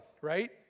right